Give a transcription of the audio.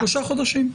שלושה חודשים.